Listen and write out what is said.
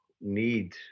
need